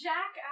Jack